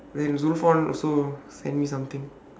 there is no phone so send me something